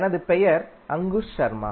எனது பெயர் அங்குஷ் சர்மா